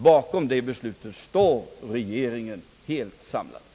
Bakom dessa beslut står regeringen helt samlad.